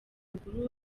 mukuru